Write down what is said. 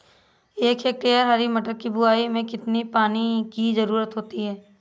एक हेक्टेयर हरी मटर की बुवाई में कितनी पानी की ज़रुरत होती है?